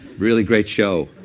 really great show.